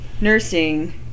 nursing